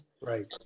Right